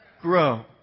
grow